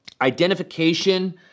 identification